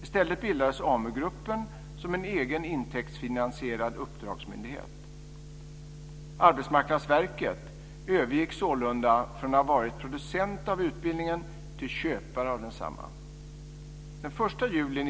I stället bildades AMU-gruppen som en egen intäktsfinansierad uppdragsmyndighet. Arbetsmarknadsverket övergick sålunda från att ha varit producent av utbildningen till köpare av densamma.